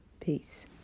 Peace